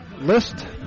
list